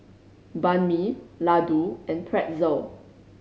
Banh Mi Ladoo and Pretzel